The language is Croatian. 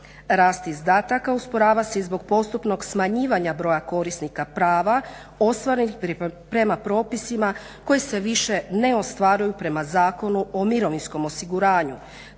Rast izdataka usporava se i zbog postupnog smanjivanja broja korisnika prava ostvarenih prema propisima koji se više ne ostvaruju prema Zakonu o mirovinskom osiguranju.